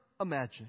imagine